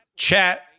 Chat